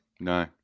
No